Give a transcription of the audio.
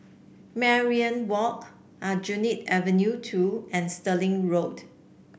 Mariam Walk Aljunied Avenue Two and Stirling Road